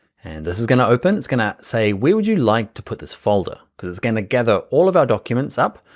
and this is gonna open. it's gonna say, where would you like to put this folder, cuz it's gonna gather all of our documents up,